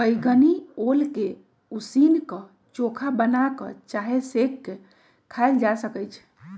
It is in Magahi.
बइगनी ओल के उसीन क, चोखा बना कऽ चाहे सेंक के खायल जा सकइ छै